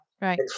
right